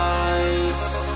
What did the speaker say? eyes